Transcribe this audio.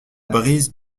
brise